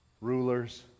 rulers